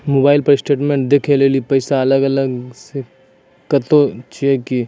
Mobile पर statement देखे लेली पैसा अलग से कतो छै की?